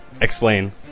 Explain